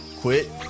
quit